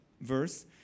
verse